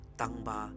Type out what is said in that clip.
tangba